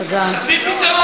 תביא פתרון, תודה.